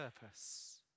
purpose